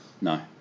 No